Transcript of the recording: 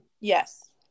Yes